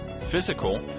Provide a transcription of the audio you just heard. physical